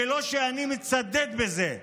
ולא שאני מצדד בזה.